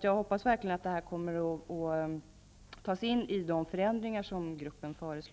Jag hoppas verkligen att det här kommer att tas med i de förändringar gruppen skall föreslå.